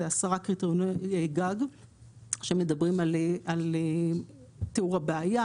10 קריטריוני גג שמדברים על תיאור הבעיה